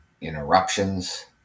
interruptions